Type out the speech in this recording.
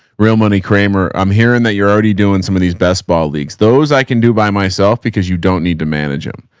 real money kramer. i'm hearing that you're already doing some of these best ball leagues. those i can do by myself because you don't need to manage them.